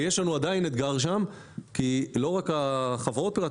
יש לנו עדיין אתגר שם כי לא רק החברות אלא